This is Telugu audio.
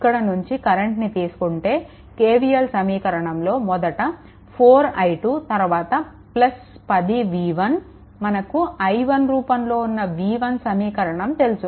ఇక్కడ నుండి కరెంట్ని తీసుకుంటే KVL సమీకరణంలో మొదట 4i2 తరువాత 10 v1 మనకు i1 రూపంలో ఉన్న v1 సమీకరణం తెలుసు